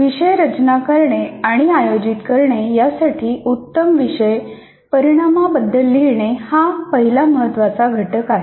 विषय रचना करणे आणि आयोजित करणे यासाठी उत्तम विषय परिणामाबद्दल लिहिणे हा पहिला महत्त्वाचा घटक आहे